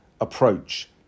approach